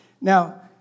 Now